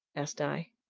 asked i.